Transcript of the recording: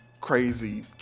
crazy